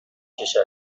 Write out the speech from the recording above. کشد